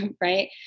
right